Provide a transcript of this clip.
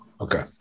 Okay